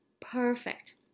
perfect